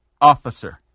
officer